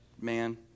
man